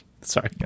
Sorry